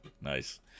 Nice